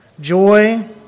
joy